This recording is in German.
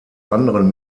anderen